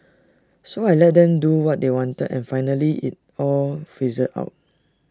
so I let them do what they wanted and finally IT all fizzled out